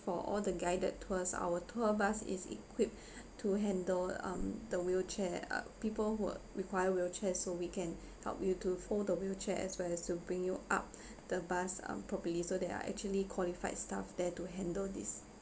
for all the guided tours our tour bus is equipped to handle um the wheelchair uh people who require wheelchair so we can help you to fold the wheelchair as well as to bring you up the bus um properly so there are actually qualified staff there to handle this